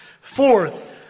Fourth